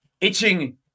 itching